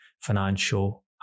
financial